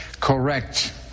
Correct